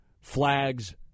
flags